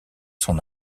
son